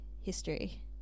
history